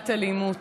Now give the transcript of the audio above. למניעת אלימות.